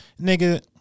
nigga